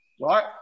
right